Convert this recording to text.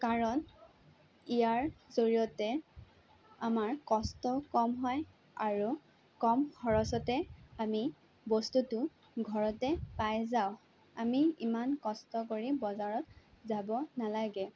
কাৰণ ইয়াৰ জৰিয়তে আমাৰ কষ্টও কম হয় আৰু কম খৰচতে আমি বস্তুটো ঘৰতে পাই যাওঁ আমি ইমান কষ্ট কৰি বজাৰত যাব নালাগে